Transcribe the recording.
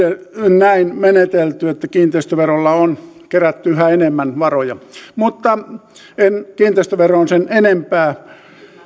näin menetelty että kiinteistöverolla on kerätty yhä enemmän varoja mutta en kiinteistöveroon sen enempää